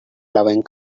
loving